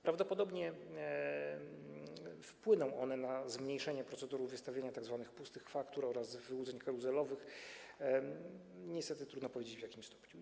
Prawdopodobnie wpłyną one na zmniejszenie skali zjawiska wystawiania tzw. pustych faktur oraz wyłudzeń karuzelowych, niestety trudno powiedzieć, w jakim stopniu.